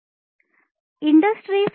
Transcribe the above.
industry 4